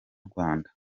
rwanda